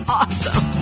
awesome